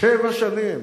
שבע שנים.